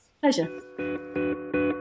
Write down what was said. Pleasure